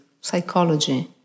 psychology